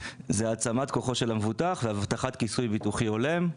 היא העצמת כוחו של המבוטח והבטחת כיסוי ביטוחי הולם.